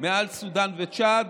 מעל סודן וצ'אד,